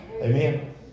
Amen